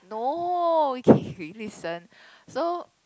no okay you listen so